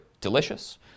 delicious